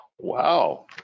Wow